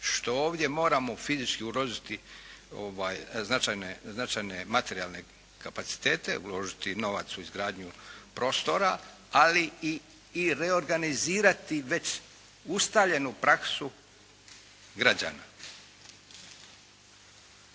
što ovdje moramo fizički uložiti značajne materijalne kapacitete. Uložiti novac u izgradnju prostora ali i reorganizirati već ustaljenu praksu građana.